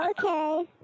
Okay